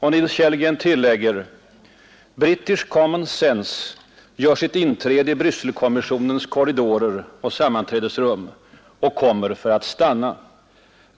Han tillägger: ”Brittisk common sense gör sitt inträde i Brysselkommissionens korridorer och sammanträdesrum och kommer för att stanna.